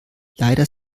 leider